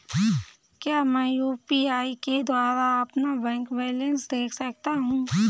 क्या मैं यू.पी.आई के द्वारा अपना बैंक बैलेंस देख सकता हूँ?